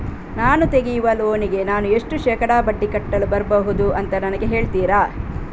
ನಾನು ತೆಗಿಯುವ ಲೋನಿಗೆ ನಾನು ಎಷ್ಟು ಶೇಕಡಾ ಬಡ್ಡಿ ಕಟ್ಟಲು ಬರ್ಬಹುದು ಅಂತ ನನಗೆ ಹೇಳ್ತೀರಾ?